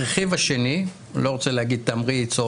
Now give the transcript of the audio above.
הרכיב השני לא רוצה להגיד "תמריץ" או